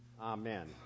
Amen